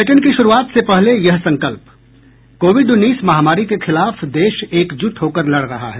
bulletin की शुरूआत से पहले ये संकल्प कोविड उन्नीस महामारी के खिलाफ देश एकजुट होकर लड़ रहा है